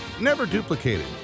never-duplicated